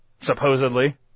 supposedly